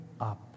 up